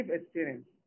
experience